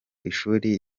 ishuri